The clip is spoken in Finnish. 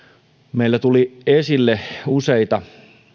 meillä tuli esille useita